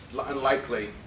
unlikely